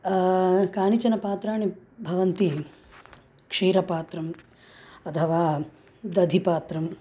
कानिचन पात्राणि भवन्ति क्षीरपात्रं अथवा दधिपात्रं